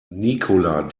nicola